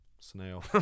Snail